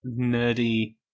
nerdy